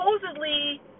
supposedly